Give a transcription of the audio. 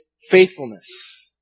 faithfulness